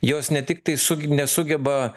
jos ne tiktai sug nesugeba